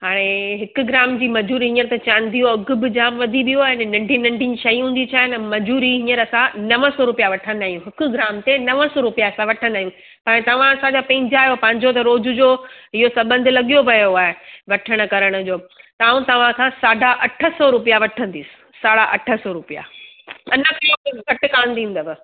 हाणे हिकु ग्राम जी मजूरी हीअं त चांदी जो अघु बि जाम वधी वियो आहे ने नंढी नंढियुनि शयुनि जी छा आहे न मजूरी हींअर असां नव सौ रुपया वठंदा आहियूं हिकु ग्राम ते नव सौ रुपया असां वठंदा आहियूं पर तव्हां असांजा पंहिंजा आयो पंहिंजो त रोज़ जो इहो सबंध लॻियो पियो आहे वठण करण जो त आऊं तव्हां खां साढा अठ सौ रुपया वठंदसि साढा अठ सौ रुपया अञा ताईं घटि कान थींदव